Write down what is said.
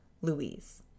Louise